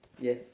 yes